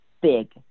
big